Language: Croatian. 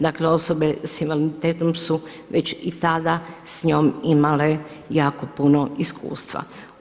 Dakle osobe s invaliditetom su već i tada s njom imale jako puno iskustva.